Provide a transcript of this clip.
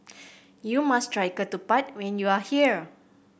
you must try ketupat when you are here